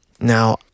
Now